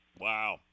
Wow